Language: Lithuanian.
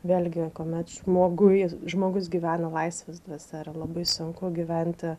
vėlgi kuomet žmogui žmogus gyvena laisvės dvasia yra labai sunku gyventi